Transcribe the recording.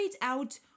out